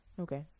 Okay